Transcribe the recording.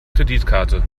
kreditkarte